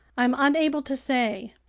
i'm unable to say.